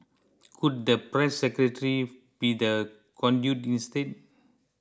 could the press secretary be the conduit instead